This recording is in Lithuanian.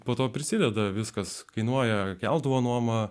po to prisideda viskas kainuoja keltuvo nuomą